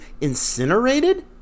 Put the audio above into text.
incinerated